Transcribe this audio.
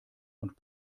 und